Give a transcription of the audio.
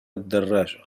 الدراجة